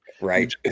Right